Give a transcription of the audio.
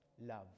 love